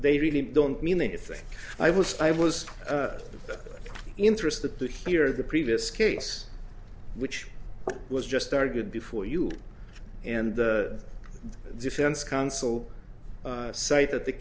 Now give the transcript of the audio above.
they really don't mean anything i was i was interested to hear the previous case which was just started before you and defense counsel cite at the